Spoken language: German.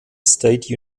state